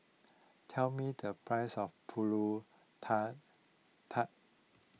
tell me the price of Pulut Tatal